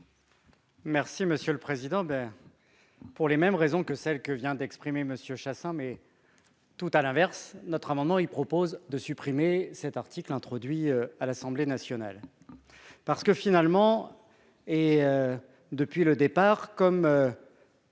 Merci monsieur le président, ben, pour les mêmes raisons que celle que vient d'exprimer Monsieur Chassaing, mais tout à l'inverse, notre amendement, il propose de supprimer cet article introduit à l'Assemblée nationale, parce que finalement, et depuis le départ comme